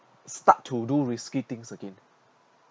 start to do risky things again